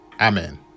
Amen